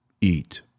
eat